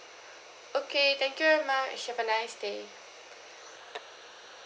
okay thank you very much have a nice day